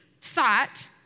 thought